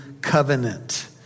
covenant